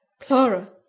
Clara